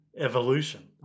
evolution